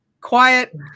quiet